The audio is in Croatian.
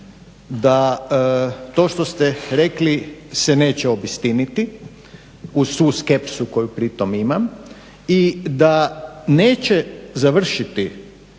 da to što ste rekli se neće obistiniti, uz svu skepsu koju pritom imam, i da neće završiti